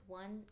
one